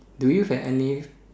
do you have any